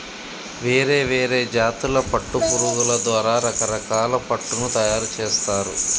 వేరే వేరే జాతుల పట్టు పురుగుల ద్వారా రకరకాల పట్టును తయారుచేస్తారు